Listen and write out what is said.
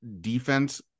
defense